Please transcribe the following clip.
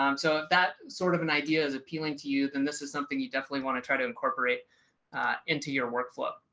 um so that sort of an idea is appealing to you, then this is something you definitely want to try to incorporate into your workflow.